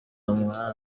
umwana